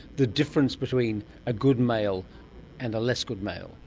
the difference between a good male and a less good male,